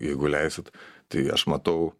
jeigu leisit tai aš matau